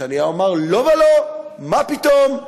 נתניהו אמר: לא ולא, מה פתאום?